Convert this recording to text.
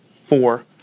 four